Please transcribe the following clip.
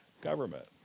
government